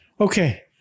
Okay